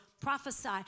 prophesy